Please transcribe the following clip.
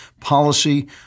policy